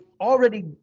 already